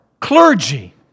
clergy